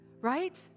right